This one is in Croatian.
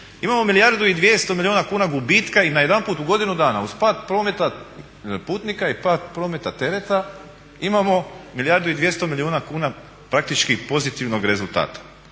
Imamo milijardu i 200 milijuna kuna gubitka i najedanput u godinu dana uz pad prometa putnika i pad prometa tereta imamo milijardu i 200 milijuna kuna praktički pozitivnog rezultata.